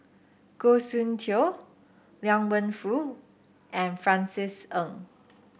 Goh Soon Tioe Liang Wenfu and Francis Ng